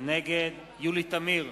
נגד יולי תמיר,